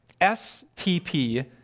STP